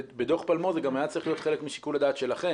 בדוח פלמור זה גם היה צריך להיות חלק משיקול הדעת שלכם,